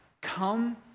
come